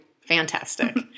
Fantastic